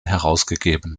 herausgegeben